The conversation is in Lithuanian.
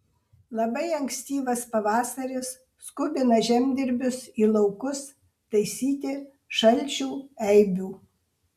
labai ankstyvas pavasaris skubina žemdirbius į laukus taisyti šalčių eibių